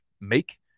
make